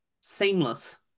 seamless